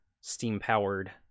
steam-powered